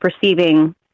perceiving